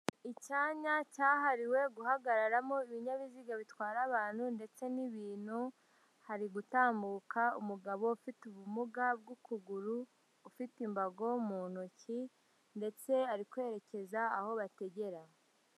Icyanya cyahariwe guhagararamo ibinyabiziga bitwara abantu ndetse n'ibintu, hari gutambuka umugabo ufite ubumuga bw'ukuguru, ufite imbago mu ntoki ndetse ari kwerekeza aho bategera.